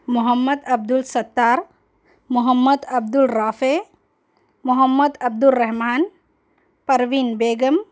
Muhammad Abdul Sattar Mohammad Abdul Rafay Mohammad Abdul Rahman Parveen Begum